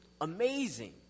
amazing